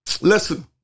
Listen